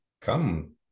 come